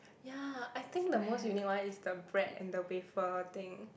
ya I think the most unique one is the bread and the wafer thing